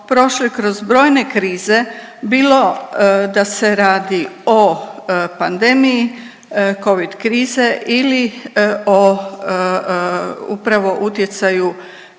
prošli kroz brojne krize, bilo da se radi o pandemiji, covid krize ili o upravo utjecaju